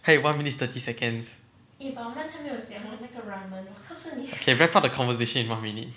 还有 one minutes thirty second okay wrap up the conversion in one minute